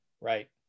Right